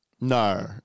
No